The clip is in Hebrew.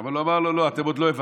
אבל הוא אמר לו: לא, אתם לא הבנתם.